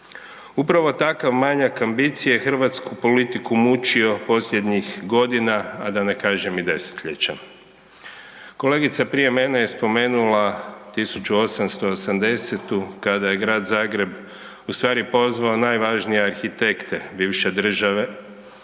Upravo takav manjak ambicije hrvatsku je politiku mučio posljednjih godina, a da ne kažem i desetljećem. Kolegica prije mene je spomenula 1880. kada je Grad Zagreb u stvari pozvao najvažnije arhitekte bivše države